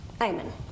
Amen